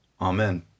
Amen